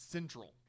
Central